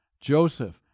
Joseph